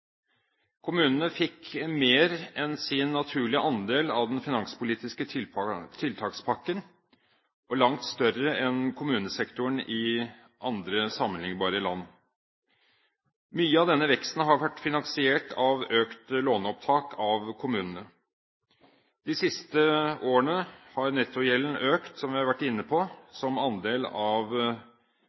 Kommunene fikk mer enn sin naturlige andel av den finanspolitiske tiltakspakken – og langt større enn kommunesektoren i andre sammenlignbare land. Mye av denne veksten har av kommunene vært finansiert ved økt låneopptak. De siste årene har, som vi har vært inne på, nettogjelden økt som andel av